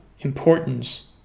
importance